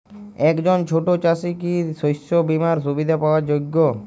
একজন ছোট চাষি কি কি শস্য বিমার সুবিধা পাওয়ার যোগ্য?